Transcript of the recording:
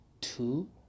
two